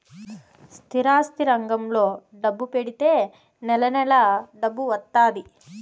స్థిరాస్తి రంగంలో డబ్బు పెడితే నెల నెలా డబ్బు వత్తాది